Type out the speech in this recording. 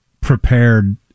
prepared